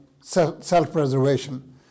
self-preservation